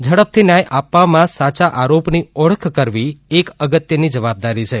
ઝડપથી ન્યાય આપવામાં સાયા ઓરોપની ઓળખ કરવી એક અગત્યની જવાબદારી છે